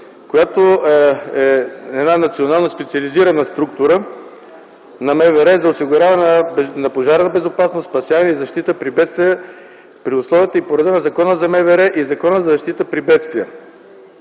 която е национална специализирана структура на МВР за осигуряване на пожарна безопасност, спасяване и защита при бедствия при условията и по реда на Закона за МВР и Закона за защита при бедствия.